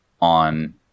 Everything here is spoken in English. on